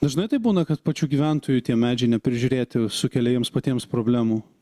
dažnai taip būna kad pačių gyventojų tie medžiai neprižiūrėti sukelia jiems patiems problemų